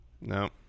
No